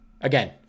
again